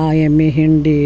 ಆ ಎಮ್ಮೆ ಹಿಂಡಿ